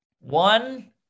One